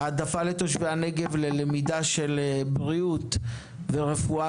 העדפה לתושבי הנגב בלמידה של בריאות ורפואה,